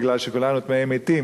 בגלל שכולנו טמאי מתים.